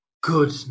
Good